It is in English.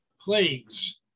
plagues